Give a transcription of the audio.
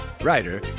writer